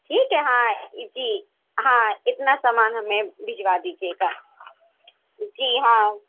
ٹھیک ہے ہاں جی ہاں اتنا سامان ہمیں بھجوا دیجیے گا جی ہاں